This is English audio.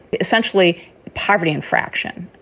essentially poverty infraction,